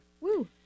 Woo